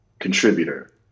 contributor